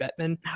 Bettman